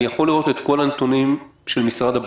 כל הדברים האלה אבל מדובר בעשרות ומאות